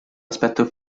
aspetto